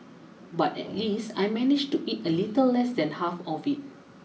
but at least I managed to eat a little less than half of it